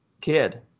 kid